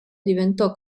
diventò